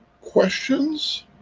questions